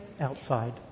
Outside